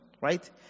right